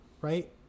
right